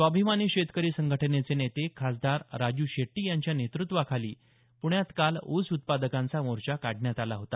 स्वाभिमानी शेतकरी संघटनेचे नेते खासदार राजू शेट्टी यांच्या नेतृत्वाखाली पृण्यात काल ऊस उत्पादकांचा मोर्चा काढण्यात आला होता